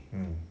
mmhmm